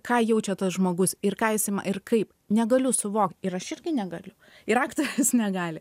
ką jaučia tas žmogus ir ką is ma ir kaip negaliu suvokt ir aš irgi negaliu ir aktorius negali